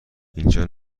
اینجا